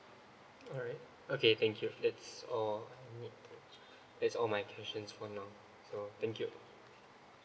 alright okay thank you that's all I need to that's all my questions for now so thank you